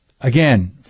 Again